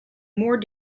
more